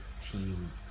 team